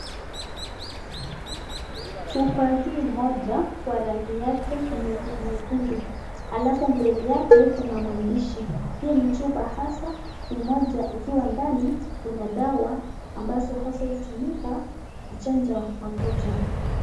Chupa hii moja kwa rangi yake nyekundu alafu mbele yake kuna maandishi hii ni chupa hasaa kimoja ikiwa ndani kuna dawa ambazo hasa hutumika kuchanja watoto.